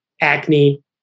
acne